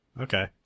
Okay